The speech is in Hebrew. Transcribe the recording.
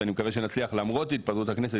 שאני מקווה שנצליח למרות התפזרות הכנסת,